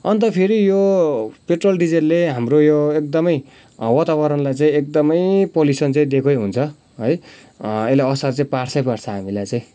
अन्त फेरि यो पेट्रोल डिजेलले हाम्रो यो एकदमै वातावरणलाई चाहिँ एकदमै पोल्युसन् चाहिँ दिएकै हुन्छ है यसले असर चाहिँ पार्छै पार्छ हामीलाई चाहिँ